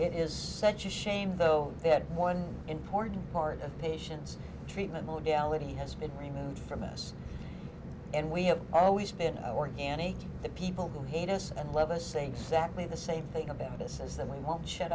it is such a shame though that one important part of patients treatment modality has been removed from us and we have always been or any of the people who hate us and let us say exactly the same thing about us as that we won't shut